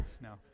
No